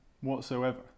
whatsoever